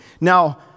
Now